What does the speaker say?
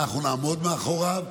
אנחנו נעמוד מאחוריו.